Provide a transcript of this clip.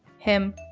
him,